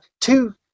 Two